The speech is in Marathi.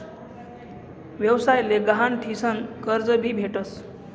व्यवसाय ले गहाण ठीसन कर्ज भी भेटस